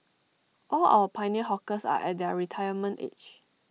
all our pioneer hawkers are at their retirement age